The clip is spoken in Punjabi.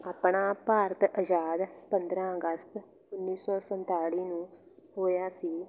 ਆਪਣਾ ਭਾਰਤ ਆਜ਼ਾਦ ਪੰਦਰਾਂ ਅਗਸਤ ਉੱਨੀ ਸੌ ਸੰਤਾਲੀ ਨੂੰ ਹੋਇਆ ਸੀ